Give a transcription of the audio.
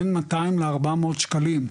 בין 200 ל-400 שקלים,